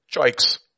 choice